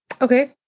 Okay